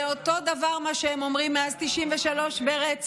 לאותו הדבר שהם אומרים מאז 1993 ברצף: